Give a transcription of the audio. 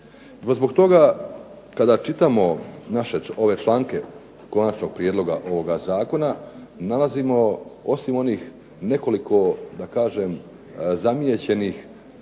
zbog toga kada čitamo naše ove članke konačnog prijedloga ovoga zakona nalazimo osim onih nekoliko da kažem